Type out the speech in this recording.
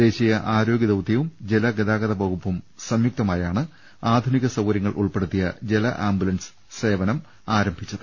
ദേശീയ ആരോഗ്യദൌത്യവും ജലഗതാഗ്ത വകുപ്പും സംയുക്തമായാണ് ആധുനിക സൌകര്യങ്ങളോടെ ജല ആംബുലൻസ് സേവനം ആരം ഭിച്ചത്